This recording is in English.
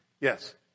Yes